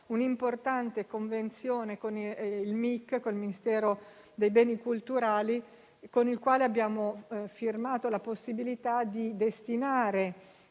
un'importante convenzione con il Ministero dei beni culturali, con il quale abbiamo previsto la possibilità di destinare